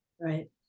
right